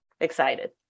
excited